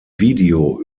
video